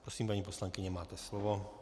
Prosím, paní poslankyně, máte slovo.